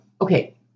Okay